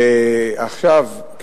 עכשיו,